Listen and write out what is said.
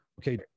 okay